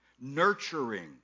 nurturing